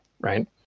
right